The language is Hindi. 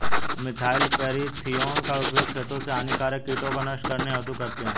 मिथाइल पैरथिओन का उपयोग खेतों से हानिकारक कीटों को नष्ट करने हेतु करते है